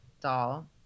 doll